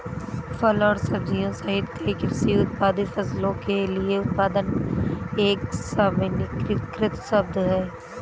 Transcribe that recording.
फल और सब्जियां सहित कई कृषि उत्पादित फसलों के लिए उत्पादन एक सामान्यीकृत शब्द है